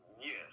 Yes